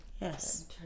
Yes